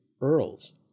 earls